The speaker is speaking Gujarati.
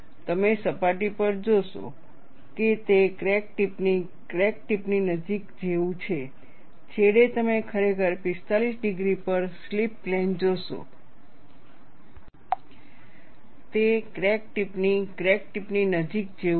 તમે સપાટી પર જોશો તે ક્રેક ટિપ ની ક્રેક ટિપની નજીક જેવું છે